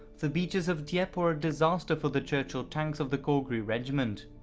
the beaches of dieppe were a disaster for the churchill tanks of the calgary regiment.